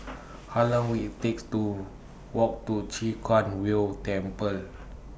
How Long Will IT takes to Walk to Chwee Kang Beo Temple